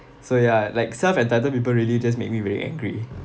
so ya like self-entitled people really just make me very angry